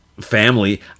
family